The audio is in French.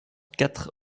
quatre